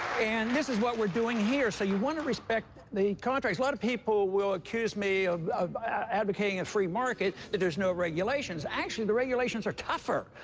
and this is what we're doing here. so you want to respect the contracts. a lot of people will accuse me of of advocating a free market, that there's no regulations. actually, the regulations are tougher,